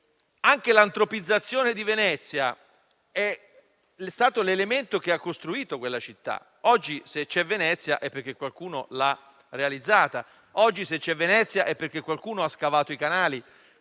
Anche l'antropizzazione di Venezia è stato l'elemento che ha costruito quella città: se oggi c'è Venezia, è perché qualcuno l'ha realizzata; se oggi c'è Venezia, è perché qualcuno ha scavato i canali